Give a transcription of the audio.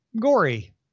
gory